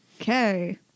Okay